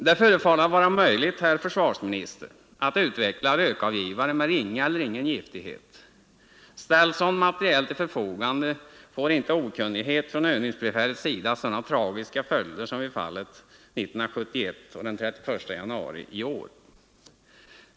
Det förefaller vara möjligt, herr försvarsminister, att utveckla rökavgivare med ringa eller ingen giftighet. Ställs sådan materiel till förfogande, får inte okunnighet från övningsbefälets sida sådana tragiska följder som vid fallen 1971 och i år den 31 januari.